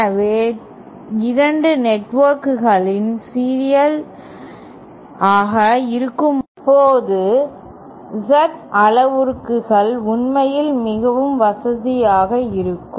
எனவே 2 நெட்வொர்க்குகள் சீரீஸில் ஆக இருக்கும்போது Z அளவுருக்கள் உண்மையில் மிகவும் வசதியாக இருக்கும்